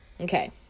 Okay